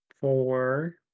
four